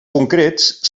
concrets